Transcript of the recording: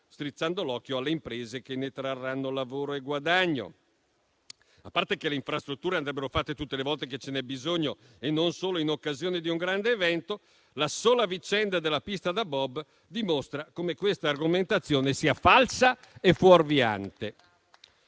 strizzando l'occhio alle imprese che ne trarranno lavoro e guadagno. A parte il fatto che le infrastrutture andrebbero fatte tutte le volte che ce n'è bisogno e non solo in occasione di un grande evento, la sola vicenda della pista da bob dimostra come questa argomentazione sia falsa e fuorviante.